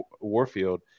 warfield